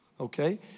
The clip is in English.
Okay